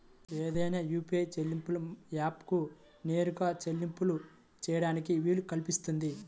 ఏదైనా యూ.పీ.ఐ చెల్లింపు యాప్కు నేరుగా చెల్లింపులు చేయడానికి వీలు కల్పిస్తుంది